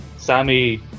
Sammy